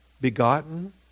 Begotten